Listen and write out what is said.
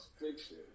fiction